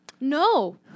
No